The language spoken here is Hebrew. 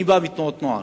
אני בא מתנועת נוער.